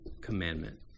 commandment